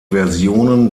versionen